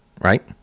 right